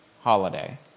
holiday